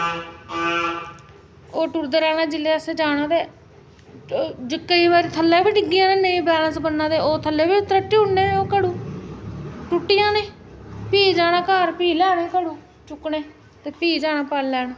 ओह् टूरदे रैहना जेल्लै असें जाना ते केईं बारी थ'ल्ले बी डिग्गी जाना नेईं बेलेंस बनना ते ओह् थ'ल्ले बी तरट्टी ओड़ने ओह् घड़ू टुटी जाने फ्ही जाना घर फ्ही लेई आने घड़ू चुक्कने ते फ्ही जाना पानी लैन